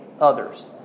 others